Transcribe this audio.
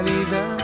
Lisa